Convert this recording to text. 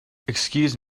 excuse